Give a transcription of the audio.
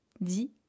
dis